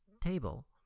table